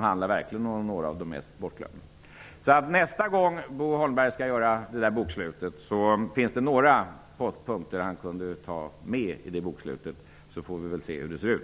handlar verkligen om några av de mest bortglömda. Jag tror inte ens att det förslaget fanns med i bokslutet. Nästa gång Bo Holmberg skall göra detta bokslut finns det några punkter som han kan ta med. Då får vi se hur det ser ut.